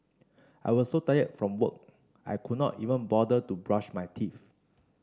I was so tired from work I could not even bother to brush my teeth